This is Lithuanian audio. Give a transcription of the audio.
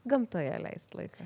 gamtoje leist laiką